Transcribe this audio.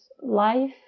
life